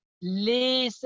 les